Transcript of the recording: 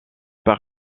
par